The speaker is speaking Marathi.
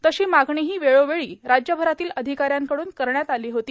तशी मागणीही वेळोवेळी राज्यभरातील अधिकाऱ्यांकडून करण्यात आली होती